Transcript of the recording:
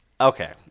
Okay